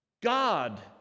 God